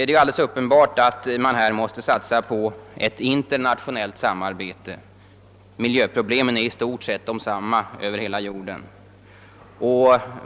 Det är alldeles uppenbart att man här måste satsa på ett internationellt samarbete. Miljöproblemen är i stort sett desamma över hela jorden.